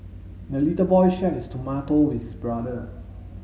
the little boy shared his tomato with his brother